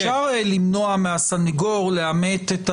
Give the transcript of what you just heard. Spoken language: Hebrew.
אפשר למנוע מהסנגור לאמת,